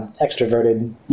extroverted